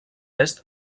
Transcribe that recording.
est